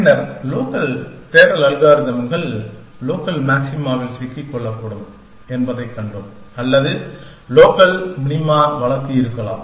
பின்னர் லோக்கல் தேடல் அல்காரிதம்கள் லோக்கல் மாக்சிமாவில் சிக்கிக்கொள்ளக்கூடும் என்பதைக் கண்டோம் அல்லது லோக்கல் மினிமா வழக்கு இருக்கலாம்